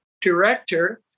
director